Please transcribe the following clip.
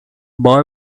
boy